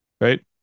Right